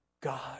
God